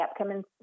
upcoming